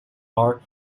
are